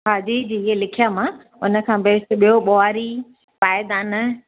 हा जी जी ये लिखिया मां हुन खां बेस्ट ॿियो ॿुहारी पाइदानु